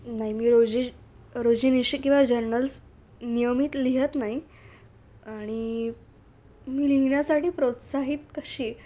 नाही मी रोजी रोजनिशी किंवा जर्नल्स नियमित लिहित नाही आणि मी लिहिण्यासाठी प्रोत्साहित कशी